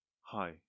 Hi